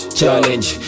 challenge